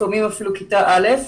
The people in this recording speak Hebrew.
לפעמים אפילו כיתה א'.